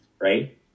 right